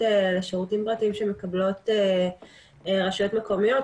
לשירותים פרטיים שמקבלות רשויות מקומיות,